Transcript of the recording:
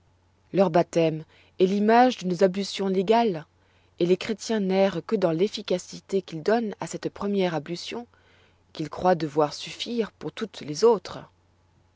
leur baptême est l'image de nos ablutions légales et les chrétiens n'errent que dans l'efficacité qu'ils donnent à cette première ablution qu'ils croient devoir suffire pour toutes les autres